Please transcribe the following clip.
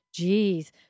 Jeez